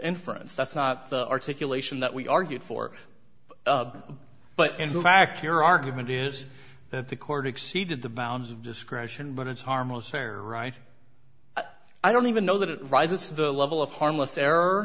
inference that's not the articulation that we argued for but in fact your argument is that the court exceeded the bounds of discretion but it's harmless ferrite i don't even know that it rises to the level of harmless error